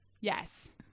yes